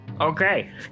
Okay